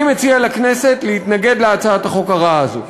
אני מציע לכנסת להתנגד להצעת החוק הרעה הזאת.